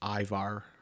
Ivar